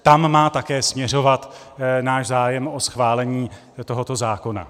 Tam má také směřovat náš zájem o schválení tohoto zákona.